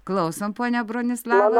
klausom ponia bronislava